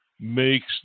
makes